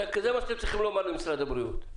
זה מה שאתם צריכים לומר למשרד הבריאות.